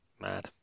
Mad